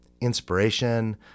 inspiration